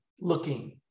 looking